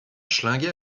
schlinguer